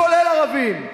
כולל ערבים.